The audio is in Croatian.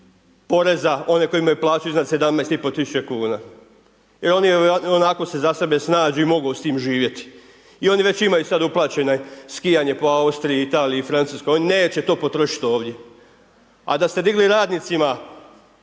poreza one koji imaju plaću iznad 17500 kuna jer oni ionako se za sebe snađu i mogu s tim živjeti i oni već imaju sad uplaćena skijanja po Austriji, Italiji, Francuskoj, oni neće to potrošiti ovdje. A da ste digli radnicima,